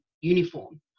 uniform